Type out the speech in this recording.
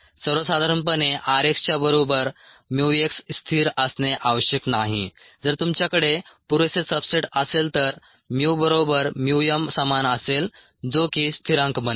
सर्वसाधारणपणे r x च्या बरोबर mu x स्थिर असणे आवश्यक नाही जर तुमच्याकडे पुरेसे सबस्ट्रेट असेल तर mu बरोबर mu m समान असेल जो की स्थिरांक बनेल